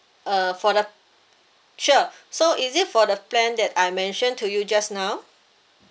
uh for the sure so is it for the plan that I mentioned to you just now